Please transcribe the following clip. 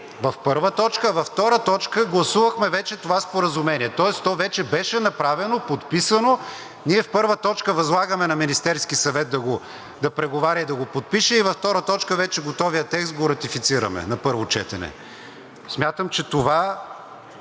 в първа точка, а във втора точка гласувахме вече това споразумение, тоест то вече беше направено, подписано. Ние в първа точка възлагаме на Министерския съвет да преговаря и да го подпише и във втора точка вече готовият текст го ратифицираме на първо четене. Смятам, че това